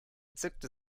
zückte